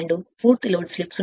2 పూర్తి load slip 0